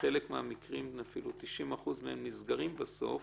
חלק מהמקרים, אפילו 90% מהם, נסגרים בסוף,